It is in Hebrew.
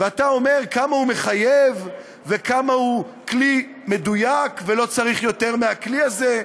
ואתה אומר כמה הוא מחייב וכמה הוא כלי מדויק ולא צריך יותר מהכלי הזה.